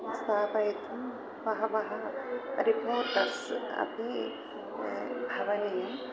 स्थापयितुं बहवः रिपोर्टर्स् अपि भवनीयं